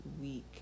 week